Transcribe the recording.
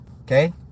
okay